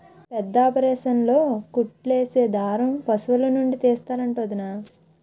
పెద్దాపరేసన్లో కుట్లేసే దారం పశులనుండి తీస్తరంట వొదినా